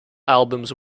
albums